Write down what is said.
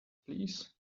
please